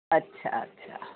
अच्छा अच्छा